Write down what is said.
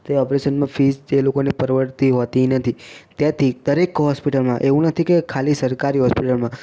તે ઓપરેશનમાં ફિઝ જે લોકોને પરવડતી હોતી નથી તેથી દરેક હોસ્પિટલમાં એવું નથી કે ખાલી સરકારી હોસ્પિટલમાં